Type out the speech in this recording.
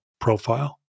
profile